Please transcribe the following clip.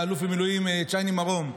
אלוף במילואים צ'ייני מרום,